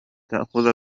تأخذ